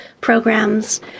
programs